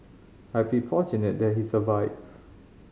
I feel fortunate that he survived